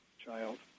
child